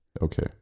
okay